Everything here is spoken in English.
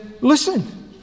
listen